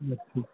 हूं